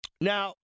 Now